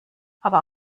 aber